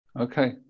Okay